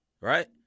right